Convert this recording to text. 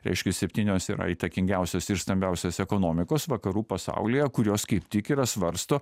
reiškia septynios yra įtakingiausios ir stambiausios ekonomikos vakarų pasaulyje kurios kaip tik yra svarsto